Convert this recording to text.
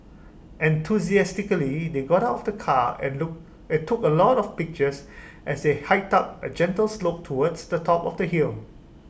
enthusiastically they got out of the car and look and took A lot of pictures as they hiked up A gentle slope towards the top of the hill